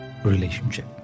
relationship